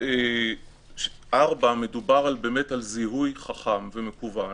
4 מדובר באמת על זיהוי חכם ומקוון,